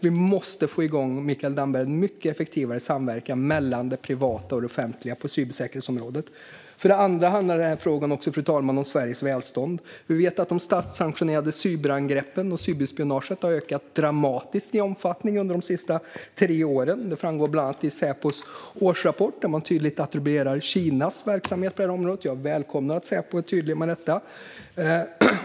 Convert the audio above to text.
Vi måste, Mikael Damberg, få igång, en mycket effektivare samverkan mellan det privata och det offentliga på området cybersäkerhet. För det andra, fru talman, handlar frågan om Sveriges välstånd. Vi vet att de statssanktionerade cyberangreppen och cyberspionaget har ökat dramatiskt i omfattning under de senaste tre åren. Det framgår i bland annat Säpos årsrapport, där man tydligt attribuerar Kinas verksamhet på området. Jag välkomnar att Säpo är tydlig med detta.